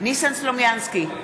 ניסן סלומינסקי,